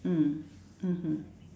mm mmhmm